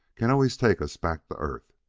can always take us back to earth.